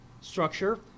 structure